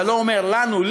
ואני לא אומר לנו,